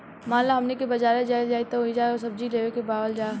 मान ल हमनी के बजारे जाइल जाइत ओहिजा से सब्जी लेके आवल जाई